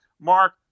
mark